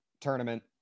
tournament